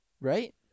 right